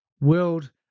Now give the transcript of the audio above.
world